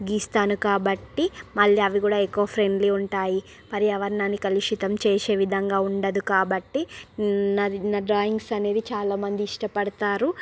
గీస్తాను కాబట్టి మళ్ళీ అవి కూడా ఎకో ఫ్రెండ్లీ ఉంటాయి పర్యావరణాన్ని కలుషితం చేసేవిధంగా ఉండదు కాబట్టి నా డ్రాయింగ్స్ అనేవి చాలామంది ఇష్టపడతారు